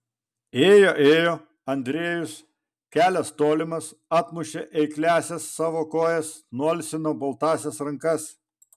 ėjo ėjo andrejus kelias tolimas atmušė eikliąsias savo kojas nualsino baltąsias rankas